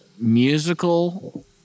Musical